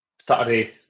Saturday